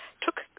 took